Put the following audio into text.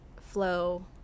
flow